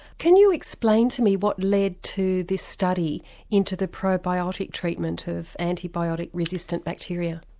can you explain to me what led to this study into the probiotic treatment of antibiotic resistant bacteria?